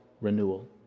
renewal